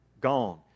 gone